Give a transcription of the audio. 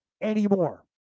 anymore